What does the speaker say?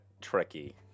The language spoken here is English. tricky